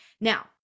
now